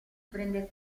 prende